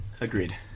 Agreed